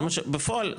בפועל,